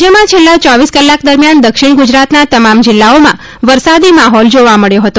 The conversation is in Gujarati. રાજયમાં છેલ્લા ચોવીસ કલાક દરમિયાન દક્ષિણ ગુજરાતનાં તમામ જિલ્લાઓમાં વરસાદી માહોલ જોવા મળ્યો હતો